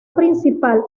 principal